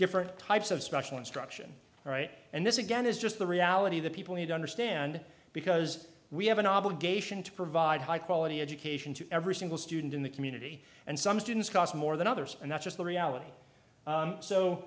different types of special instruction all right and this again is just the reality that people need to understand because we have an obligation to provide high quality education to every single student in the community and some students cost more than others and that's just the reality